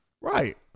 Right